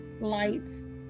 lights